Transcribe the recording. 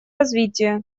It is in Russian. развития